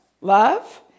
Love